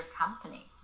company